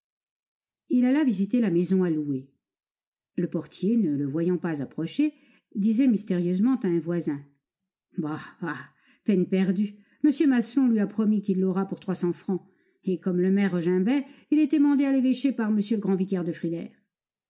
il alla visiter la maison à louer le portier ne le voyant pas approcher disait mystérieusement à un voisin bah bah peine perdue m maslon lui a promis qu'il l'aura pour trois cents francs et comme le maire regimbait il a été mandé à l'évêché par m le grand vicaire de frilair